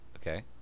okay